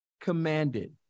commanded